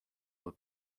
will